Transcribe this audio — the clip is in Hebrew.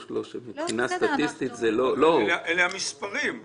שמבחינה סטטיסטית זה לא --- אלו המספרים.